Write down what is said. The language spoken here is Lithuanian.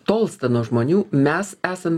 tolsta nuo žmonių mes esam